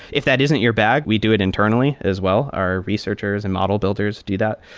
if that isn't your bag, we do it internally as well. our researchers and model builders do that.